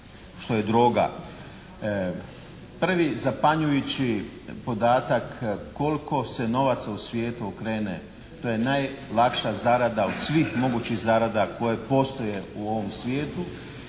što je droga. Prvi zapanjujući podatak koliko se novaca u svijetu okrene, to je najlakša zarada od svih mogućih zarada koje postoje u ovom svijetu